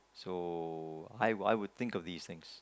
so I I would think of this things